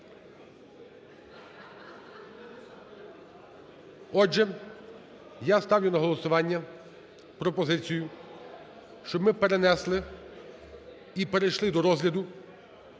Отже, я ставлю на голосування пропозицію, щоб ми перенесли і перейшли до розгляду